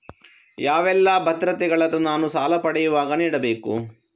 ಯಾವೆಲ್ಲ ಭದ್ರತೆಗಳನ್ನು ನಾನು ಸಾಲ ಪಡೆಯುವಾಗ ನೀಡಬೇಕು?